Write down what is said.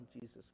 Jesus